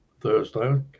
Thursday